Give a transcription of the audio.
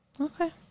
okay